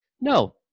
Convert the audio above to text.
No